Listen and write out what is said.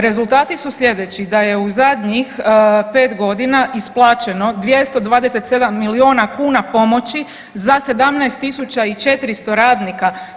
Rezultati su slijedeći da je u zadnjih 5.g. isplaćeno 227 milijuna kuna pomoći za 17.400 radnika.